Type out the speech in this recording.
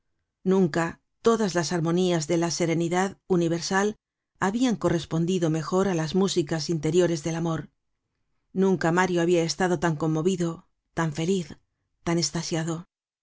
nunca todas las armonías de la serenidad universal habian correspondido mejor á las músicas interiores del amor nunca mario habia estado tan conmovido tan feliz tan estasiado